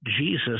Jesus